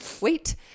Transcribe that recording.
wait